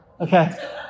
okay